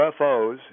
UFOs